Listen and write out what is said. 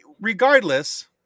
regardless